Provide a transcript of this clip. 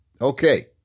Okay